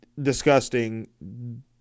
Disgusting